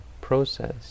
process